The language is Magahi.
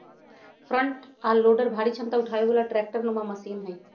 फ्रंट आ लोडर भारी क्षमता उठाबे बला ट्रैक्टर नुमा मशीन हई